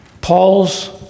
Paul's